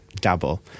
double